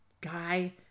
guy